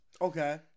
Okay